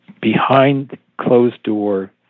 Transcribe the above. behind-closed-door